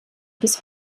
bis